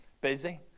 busy